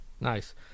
Nice